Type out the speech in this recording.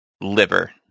liver